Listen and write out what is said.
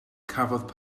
cafodd